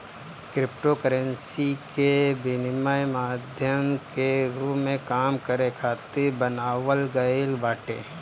cryptocurrency के विनिमय माध्यम के रूप में काम करे खातिर बनावल गईल बाटे